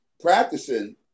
practicing